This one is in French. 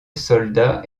soldat